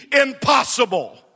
impossible